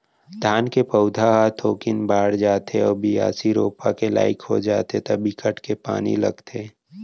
धान के पउधा ह थोकिन बाड़ जाथे अउ बियासी, रोपा के लाइक हो जाथे त बिकट के पानी लगथे